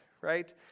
right